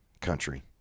country